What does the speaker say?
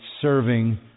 serving